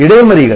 இடைமறிகள்